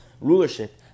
rulership